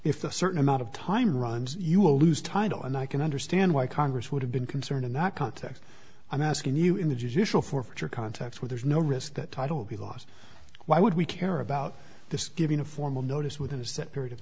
if a certain amount of time runs you will lose title and i can understand why congress would have been concerned in that context i'm asking you in the judicial forfeiture context where there's no risk that title be lost why would we care about the giving a formal notice within a set period of